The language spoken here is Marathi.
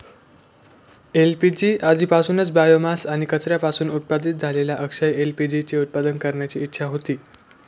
एल.पी.जी आधीपासूनच बायोमास आणि कचऱ्यापासून उत्पादित झालेल्या अक्षय एल.पी.जी चे उत्पादन करण्याची इच्छा होती